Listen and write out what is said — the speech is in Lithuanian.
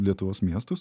lietuvos miestus